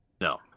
No